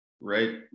right